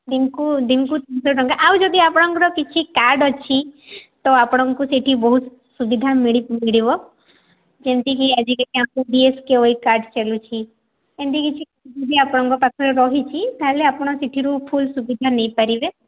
ଦିନକୁ ଦିନକୁ ତିନିଶହ ଟଙ୍କା ଆଉ ଯଦି ଆପଣଙ୍କର କିଛି କାର୍ଡ୍ ଅଛି ତ ଆପଣଙ୍କୁ ସେଇଠି ବହୁତ ସୁବିଧା ମିଳି ମିଳିବ ଯେମତିକି ଆଜିକାଲି ଆମକୁ ବି ଏସ୍ କେ ୱାଇ ଶି କାର୍ଡ୍ ଚାଲୁଛି ଏମିତି କିଛି କିଛି ଆପଣଙ୍କ ପାଖରେ ରହିଛି ତାହେଲେ ଆପଣ ସେଥିରୁ ଫୁଲ୍ ସୁବିଧା ନେଇପାରିବେ